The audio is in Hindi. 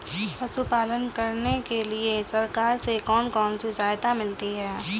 पशु पालन करने के लिए सरकार से कौन कौन सी सहायता मिलती है